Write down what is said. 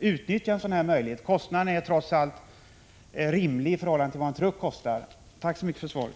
utnyttja den möjligheten. Kostnaden är trots allt rimlig i förhållande till vad en truck kostar. Tack så mycket för svaret!